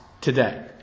today